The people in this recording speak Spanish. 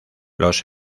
los